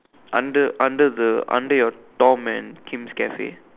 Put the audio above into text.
under under the under your dorm man Kim's cafe